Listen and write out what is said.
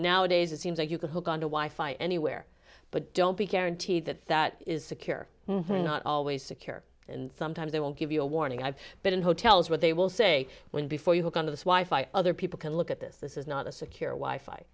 nowadays it seems like you can hold on to wife i anywhere but don't be guaranteed that that is secure not always secure and sometimes they will give you a warning i've been in hotels where they will say when before you hook on to this wife i other people can look at this this is not a secure why fight